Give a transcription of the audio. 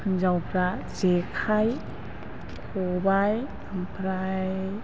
हिनजावफ्रा जेखाइ खबाइ ओमफ्राय